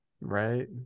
right